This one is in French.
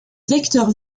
vecteurs